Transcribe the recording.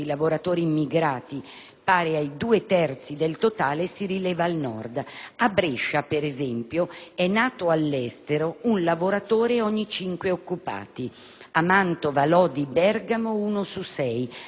pari ai due terzi del totale, si rileva al Nord. A Brescia, per esempio, è nato all'estero un lavoratore ogni cinque occupati; a Mantova, Lodi e Bergamo uno su sei; a Milano uno su sette;